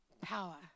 power